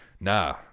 nah